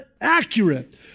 accurate